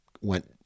went